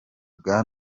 bwa